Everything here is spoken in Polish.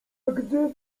gdy